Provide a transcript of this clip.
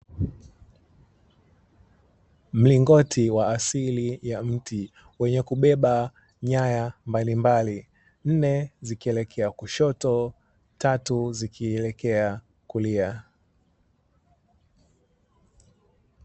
Mlingoti wa asili ya mti, wenye kubebea nyaya mbalimbali, nne zikielekea kushoto, tatu zikielekea kulia.